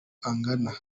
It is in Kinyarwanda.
agana